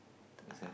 uh